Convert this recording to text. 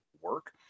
work